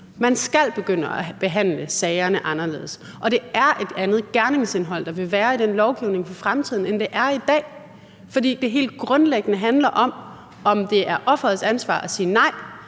man skal begynde at behandle sagerne anderledes. Og det er et andet gerningsindhold, der vil være i den lovgivning i fremtiden, end det er i dag, fordi det helt grundlæggende handler om, om det er offerets ansvar at sige nej,